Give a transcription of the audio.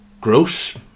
gross